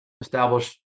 establish